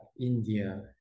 India